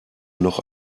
noch